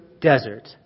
desert